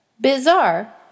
Bizarre